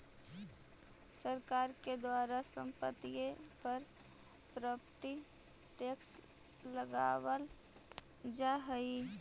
सरकार के द्वारा संपत्तिय पर प्रॉपर्टी टैक्स लगावल जा हई